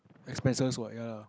expenses what ya lah